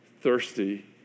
thirsty